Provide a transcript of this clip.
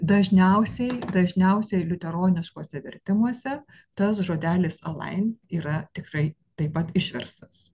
dažniausiai dažniausiai liuteroniškuose vertimuose tas žodelis alain yra tikrai taip pat išverstas